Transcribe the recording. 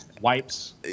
Wipes